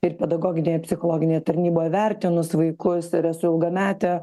ir pedagoginėje psichologinėje tarnyboje vertinus vaikus ir esu ilgametė